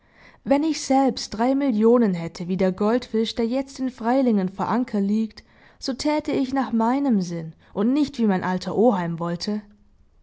gräfin wenn ich selbst drei millionen hätte wie der goldfisch der jetzt in freilingen vor anker liegt so täte ich nach meinem sinn und nicht wie mein alter oheim wollte